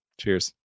Cheers